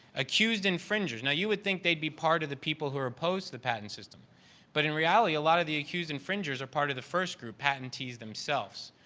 accused infringers, now you would think they'd be part of the people who are opposed to patent system but in reality, a lot of the accused infringers are part of the first group of patentees themselves.